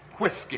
whiskey